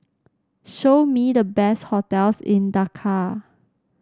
show me the best hotels in Dakar